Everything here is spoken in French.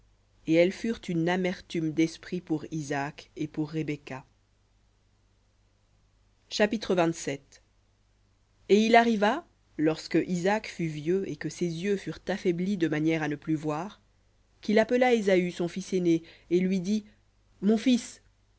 et elles furent une amertume d'esprit pour isaac et pour rebecca chapitre et il arriva lorsque isaac fut vieux et que ses yeux furent affaiblis de manière à ne plus voir qu'il appela ésaü son fils aîné et lui dit mon fils